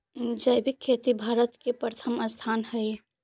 जैविक खेती में भारत के प्रथम स्थान हई